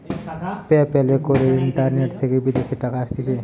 pay প্যালে করে internet থেকে বিদেশের টাকা আসতিছে